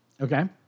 Okay